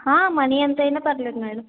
హా మనీ ఎంతయినా పర్వాలేదు మేడం